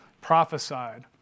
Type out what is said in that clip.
prophesied